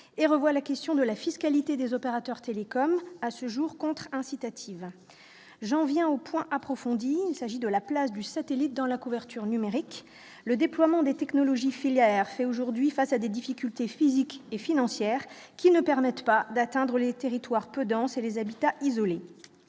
et renvoie la question de la fiscalité des opérateurs télécoms à ce jour contre incitative, j'en viens au point approfondi, il s'agit de la place du satellite dans la couverture numérique, le déploiement des technologies filière fait aujourd'hui face à des difficultés physiques et financières qui ne permettent pas d'atteindre les territoires peu dense et les habitats isolés